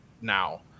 now